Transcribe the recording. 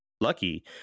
Lucky